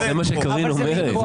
זה מה שקארין אומרת.